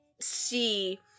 see